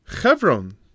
Chevron